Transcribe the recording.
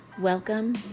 welcome